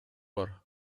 бар